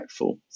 impactful